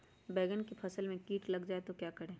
बैंगन की फसल में कीट लग जाए तो क्या करें?